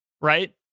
right